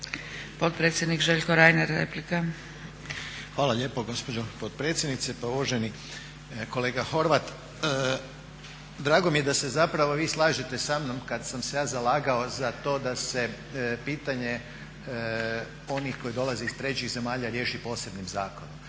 **Reiner, Željko (HDZ)** Hvala lijepo gospođo potpredsjednice. Pa uvaženi kolega Horvat, drago mi je sa se vi slažete sa mnom kada sam se ja zalagao za to da se pitanje onih koji dolaze iz trećih zemalja riješi posebnim zakonom.